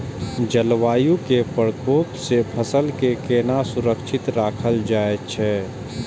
जलवायु के प्रकोप से फसल के केना सुरक्षित राखल जाय छै?